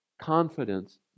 confidence